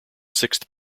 sixth